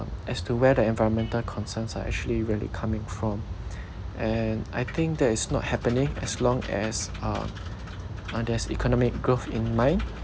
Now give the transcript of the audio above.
as to where the environmental concerns are actually really coming from and I think that is not happening as long as uh uh there's economic growth in mind